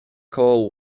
koło